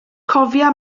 cofia